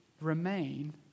remain